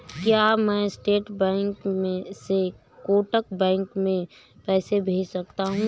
क्या मैं State Bank से कोटक बैंक में पैसे भेज सकता हूँ?